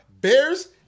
bears